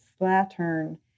slattern